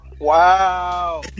Wow